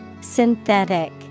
synthetic